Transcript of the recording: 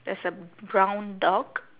there's a brown dog